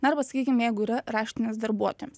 arba sakykim jeigu yra raštiniams darbuotojams